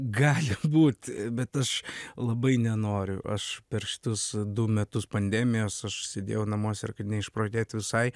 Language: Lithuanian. gali būti bet aš labai nenoriu aš per šitus du metus pandemijos aš sėdėjau namuose ir kad neišprotėt visai